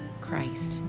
Christ